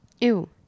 ew